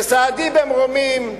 וסהדי במרומים,